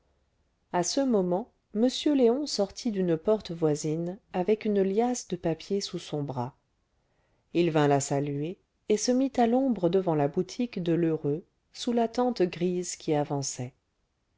à ce moment m léon sortit d'une porte voisine avec une liasse de papiers sous son bras il vint la saluer et se mit à l'ombre devant la boutique de lheureux sous la tente grise qui avançait